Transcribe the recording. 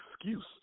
excuse